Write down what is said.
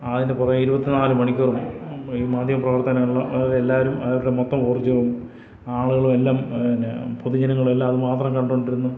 അതിൻ്റെ പുറകിൽ ഇരുപത്തി നാല് മണിക്കൂറും ഈ മാധ്യമ പ്രവർത്തനങ്ങൾ എല്ലാവരും മൊത്തം ഊർജ്ജവും ആളുകളും എല്ലാം പിന്നെ പൊതുജനങ്ങളെല്ലാം അത് മാത്രമെ കണ്ടു കൊണ്ടിരുന്നു